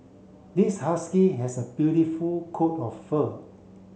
this husky has a beautiful coat of fur